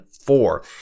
four